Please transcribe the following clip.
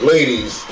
Ladies